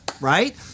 right